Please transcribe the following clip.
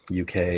UK